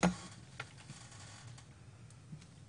אני מלווה את התעסוקה הפלסטינית משנת 2000,